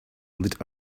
lit